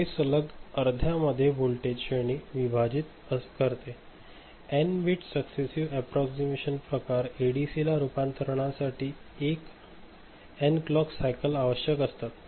हे सलग अर्ध्या मध्ये व्होल्टेज श्रेणी विभाजित करते एन बिट सक्सेसिव एप्प्प्रॉक्सिमेशन प्रकार एडीसीला रूपांतरणासाठी एन क्लॉक सायकल आवश्यक असतात